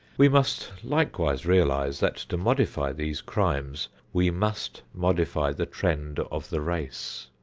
we must likewise realize that to modify these crimes we must modify the trend of the race.